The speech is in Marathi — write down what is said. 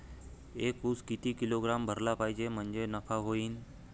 एक उस किती किलोग्रॅम भरला पाहिजे म्हणजे नफा होईन?